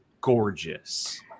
gorgeous